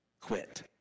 quit